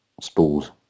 spools